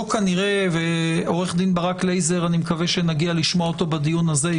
אני מקווה שנשמע את עו"ד ברק לייזר בדיון הזה,